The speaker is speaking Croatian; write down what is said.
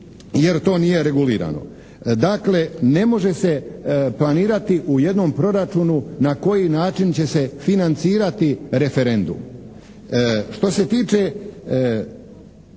jer to nije regulirano. Dakle ne može se planirati u jednom proračunu na koji način će se financirati referendum?